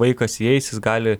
vaikas įeis jis gali